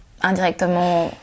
indirectement